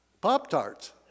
Pop-tarts